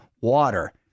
water